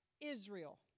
Israel